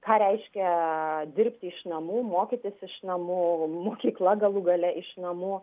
ką reiškia dirbti iš namų mokytis iš namų mokykla galų gale iš namų